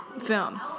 Film